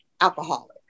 alcoholic